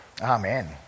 Amen